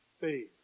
faith